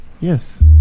Yes